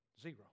zero